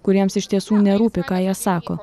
kuriems iš tiesų nerūpi ką jie sako